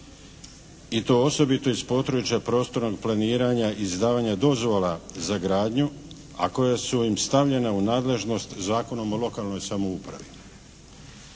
i to osobito iz područja prostornog planiranja izdavanja dozvola za gradnju, a koja su im stavljena u nadležnost Zakonom o lokalnoj samoupravi.